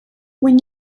when